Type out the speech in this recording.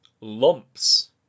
lumps